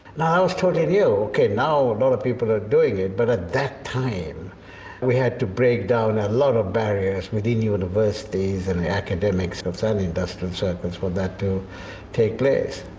was totally new. okay, now a lot of people are doing it, but at that time we had to break down a lot of barriers within universities and academics of some industrial circles for that to take place.